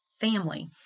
family